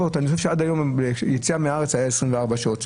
שעד היום, לגבי יציאה מהארץ, היו 24 שעות לתשובה.